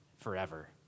forever